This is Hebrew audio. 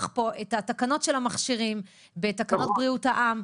את התקנות של המכשירים בתקנות בריאות העם,